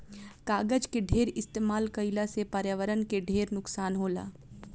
कागज के ढेर इस्तमाल कईला से पर्यावरण के ढेर नुकसान होला